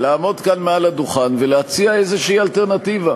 לעמוד כאן על הדוכן ולהציע איזו אלטרנטיבה.